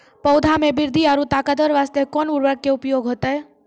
पौधा मे बृद्धि और ताकतवर बास्ते कोन उर्वरक के उपयोग होतै?